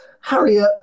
Harriet